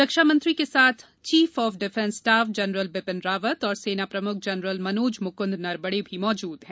रक्षामंत्री के साथ chief of defence staff general Bipin Rawat और सेना प्रमुख जनरल मनोज मुकुंद नरबड़े भी मौजूद हैं